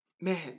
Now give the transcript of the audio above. Man